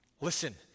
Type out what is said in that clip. Listen